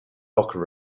locker